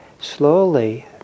Slowly